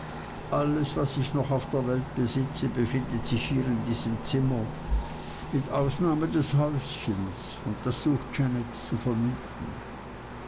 alles was ich noch auf der welt besitze befindet sich hier in diesem zimmer mit ausnahme des häuschens und das sucht janet zu vermieten